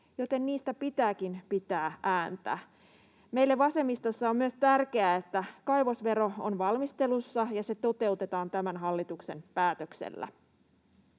niistä pitääkin pitää ääntä. Meille vasemmistossa on myös tärkeää, että kaivosvero on valmistelussa ja se toteutetaan tämän hallituksen päätöksellä.